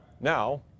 Now